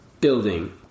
building